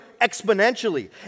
exponentially